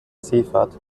seefahrt